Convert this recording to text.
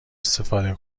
استفاده